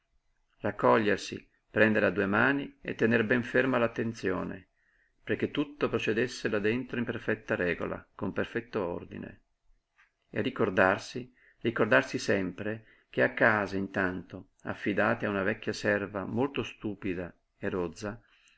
raccogliersi prendere a due mani e tener ben ferma l'attenzione perché tutto procedesse là dentro in perfetta regola con perfetto ordine e ricordarsi ricordarsi sempre che a casa intanto affidati a una vecchia serva molto stupida e rozza